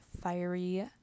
fiery